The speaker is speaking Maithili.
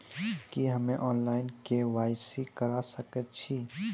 की हम्मे ऑनलाइन, के.वाई.सी करा सकैत छी?